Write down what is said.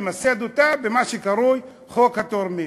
למסד אותה במה שקרוי חוק התורמים.